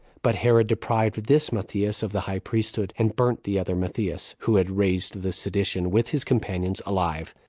but herod deprived this matthias of the high priesthood, and burnt the other matthias, who had raised the sedition, with his companions, alive.